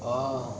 oh